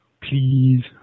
please